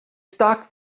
stock